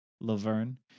Laverne